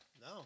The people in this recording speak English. No